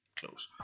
close.